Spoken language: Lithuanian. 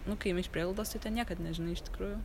nu kai imi iš prieglaudos tai ten niekad nežinai iš tikrųjų